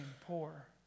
poor